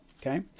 Okay